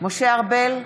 משה ארבל,